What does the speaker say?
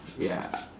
ya